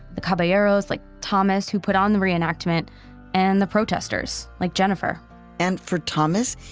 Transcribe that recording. the caballeros like thomas who put on the re-enactment and the protesters like jennifer and for thomas,